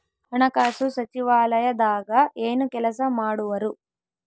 ಹಣಕಾಸು ಸಚಿವಾಲಯದಾಗ ಏನು ಕೆಲಸ ಮಾಡುವರು?